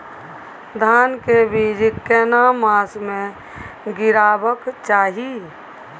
धान के बीज केना मास में गीराबक चाही?